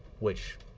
which,